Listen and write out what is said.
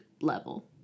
level